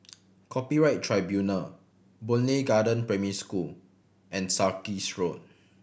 Copyright Tribunal Boon Lay Garden Primary School and Sarkies Road